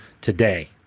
today